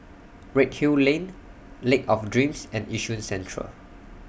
Redhill Lane Lake of Dreams and Yishun Central